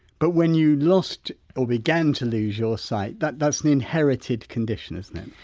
but when you lost or began to lose your sight, that's that's an inherited condition, isn't it?